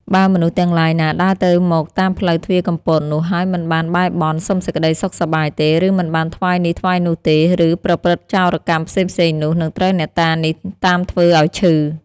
បើមនុស្សទាំងឡាយណាដើរទៅមកតាមផ្លូវទ្វារកំពតនោះ ហើយមិនបានបែរបន់ សុំសេចក្ដីសុខសប្បាយទេ ឬមិនបានថ្វាយនេះថ្វាយនោះទេ ឬប្រព្រឹត្តចោរកម្មផ្សេងៗនោះ នឹងត្រូវអ្នកតានេះតាមធ្វើ ឲ្យឈឺ